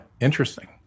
interesting